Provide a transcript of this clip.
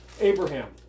Abraham